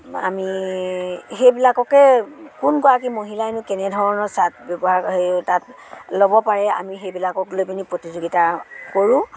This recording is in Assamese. আমি সেইবিলাককে কোনগৰাকী মহিলাই নো কেনেধৰণৰ ছাট ব্যৱহাৰ হেৰি তাত ল'ব পাৰে আমি সেইবিলাকক লৈ পিনি প্ৰতিযোগিতা কৰোঁ